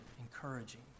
encouraging